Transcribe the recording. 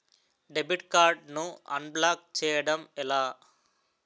Debit card ను unblock block చేయటం ఎలా?